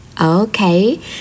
Okay